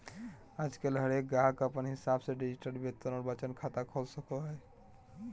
आजकल हरेक गाहक अपन हिसाब से डिजिटल वेतन और बचत खाता खोल सको हय